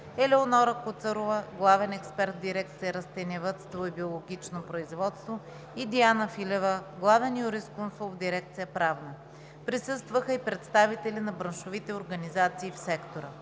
Елеонора Куцарова – главен експерт в дирекция „Растениевъдство и биологично производство“, и Диана Филева – главен юрисконсулт в дирекция „Правна“. Присъстваха и представители на браншовите организации в сектора.